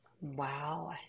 Wow